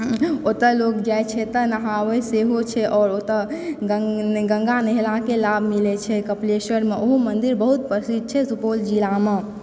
ओतऽ लोग जाइ छै तऽ नहाबै सेहो छै आओर ओतऽ गङ्गा नहेलाके लाभ मिलै छै कपलेश्वर मऽ ओहो मन्दिर बहुत प्रसिद्ध छै सुपौल जिलामऽ